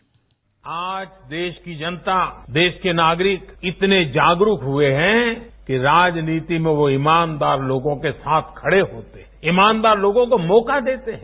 bite आज देश की जनता देश के नागरिक इतने जागरूक हुए हैं कि राजनीति में वो ईमानदार लोगों के साथ खड़े होते हैं ईमानदार लोगों को मौका देते हैं